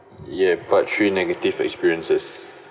yeah part three negative experiences